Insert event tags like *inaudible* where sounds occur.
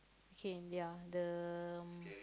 okay ya the *noise*